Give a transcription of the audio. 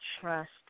trust